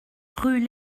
rue